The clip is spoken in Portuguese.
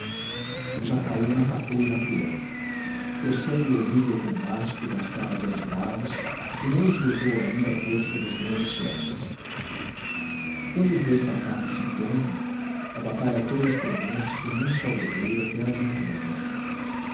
jacaúna atacou irapuã prossegue o horrível combate que bastara a dez bravos e não esgotou ainda a força dos grandes chefes quando os dois tacapes se encontram a batalha toda estremece como um só guerreiro até as entranhas